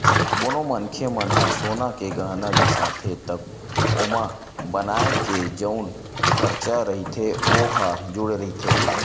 कोनो मनखे मन ह सोना के गहना बिसाथे त ओमा बनाए के जउन खरचा रहिथे ओ ह जुड़े रहिथे